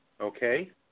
Okay